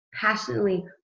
passionately